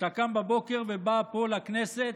כשאתה קם בבוקר ובא לפה, לכנסת,